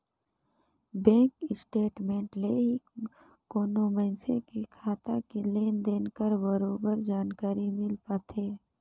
bank statement ले ही कोनो मइनसे के खाता के लेन देन कर बरोबर जानकारी मिल पाथे